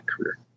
career